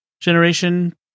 generation